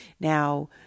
Now